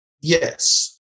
Yes